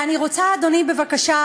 ואני רוצה, אדוני, בבקשה,